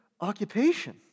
occupation